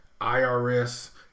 IRS